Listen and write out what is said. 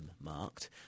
marked